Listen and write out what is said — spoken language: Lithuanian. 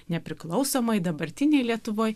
nepriklausomoj dabartinėj lietuvoj